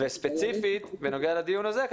וספציפית בנוגע לדיון הזה,